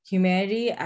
Humanity